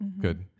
Good